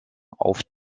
auf